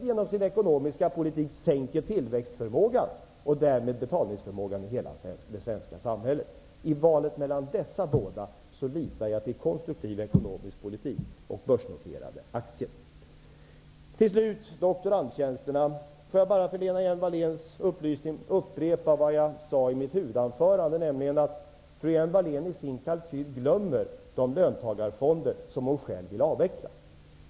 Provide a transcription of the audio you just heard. Genom sin ekonomiska politik vill hon medvetet sänka tillväxtförmågan och därmed betalningsförmågan i hela det svenska samhället. I valet mellan dessa båda inriktningar litar jag till konstruktiv ekonomisk politik och börsnoterade aktier. När det gäller doktorandtjänsterna vill jag bara för Lena Hjelm-Walléns upplysning upprepa vad jag sade i mitt huvudanförande. Jag sade nämligen att fru Hjelm-Wallén i sin kalkyl glömmer de löntagarfonder som hon själv vill avveckla.